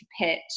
pitch